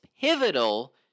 pivotal